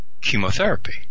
chemotherapy